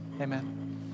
amen